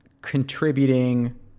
contributing